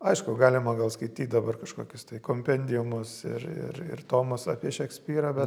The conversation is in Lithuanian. aišku galima gal skaityt dabar kažkokius tai kompendiumus ir ir ir tomus apie šekspyrą bet